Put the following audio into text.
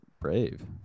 brave